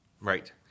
Right